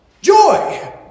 Joy